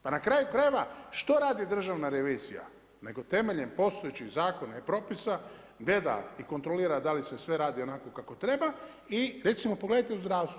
Pa na kraju krajeva što radi Državna revizija, nego temeljem postojećih zakona i propisa gleda i kontrolira da li se sve radi onako kao treba i recimo pogledajte u zdravstvu.